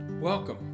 Welcome